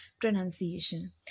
pronunciation